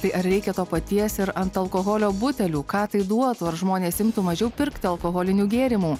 tai ar reikia to paties ir ant alkoholio butelių ką tai duotų ar žmonės imtų mažiau pirkti alkoholinių gėrimų